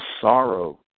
sorrow